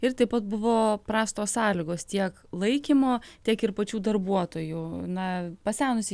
ir taip pat buvo prastos sąlygos tiek laikymo tiek ir pačių darbuotojų na pasenusi